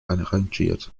arrangiert